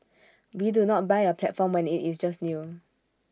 we do not buy A platform when IT is just new